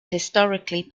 historically